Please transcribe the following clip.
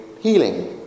healing